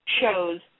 shows